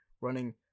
running